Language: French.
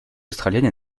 australienne